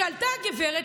כשעלתה הגברת,